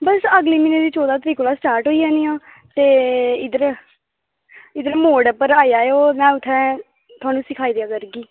बस अगले म्हीनै दी चौदां तरीक कोला स्टार्ट होई जानियां ते इद्धर ते इद्धर मोड़ उप्पर आई जायो इंया इत्थें थोह्ड़ा जेहा सिखाई देआ करगी